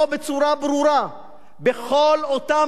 אותם נושאים שיחזקו את האיגוד המקצועי,